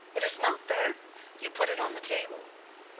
it is not there you put it on the table,